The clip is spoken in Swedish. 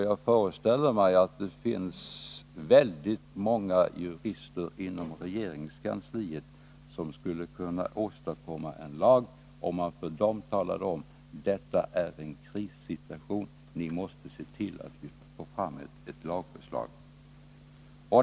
Jag föreställer mig att det finns många jurister inom regeringskansliet som skulle kunna åstadkomma en lag, om man sade till dem: Detta är en krissituation, och ni måste se till att vi får fram ett lagförslag.